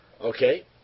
Okay